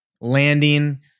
landing